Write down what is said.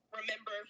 remember